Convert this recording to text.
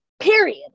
Period